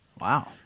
Wow